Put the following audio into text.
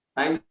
Thank